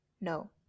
no